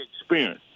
experience